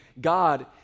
God